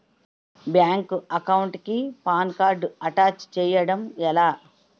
Bank account కి PAN card attach చేయడం ఎలా?